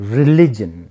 religion